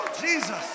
Jesus